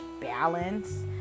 balance